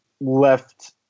left